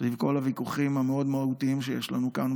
סביב כל הוויכוחים המאוד-מהותיים שיש לנו כאן,